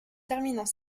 terminant